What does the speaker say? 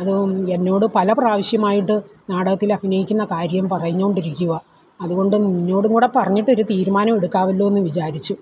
അത് എന്നോട് പലപ്രാവശ്യമായിട്ട് നാടകത്തിൽ അഭിനയിക്കുന്ന കാര്യം പറഞ്ഞോണ്ടിരിക്കുവാണ് അതുകൊണ്ട് നിന്നോട് കൂടി പറഞ്ഞിട്ട് ഒരു തീരുമാനമെടുക്കാവല്ലോന്ന് വിചാരിച്ചു